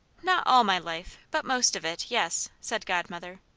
not all my life, but most of it yes, said godmother.